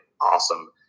awesome